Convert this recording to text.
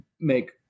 make